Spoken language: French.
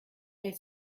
elles